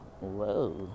Whoa